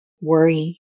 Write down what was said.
worry